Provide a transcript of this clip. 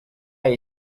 jej